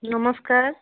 ନମସ୍କାର